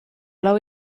lau